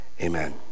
amen